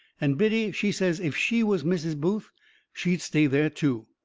and biddy, she says if she was mrs. booth she'd stay there, too.